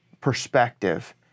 perspective